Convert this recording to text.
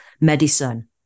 medicine